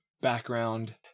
background